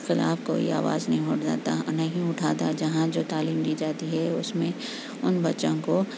خلاف کوئی آواز نہیں نہیں اٹھاتا جہاں جو تعلیم دی جاتی ہے اس میں ان بچوں کو